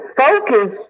focus